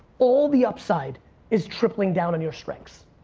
all the upside is tripling down on your strengths.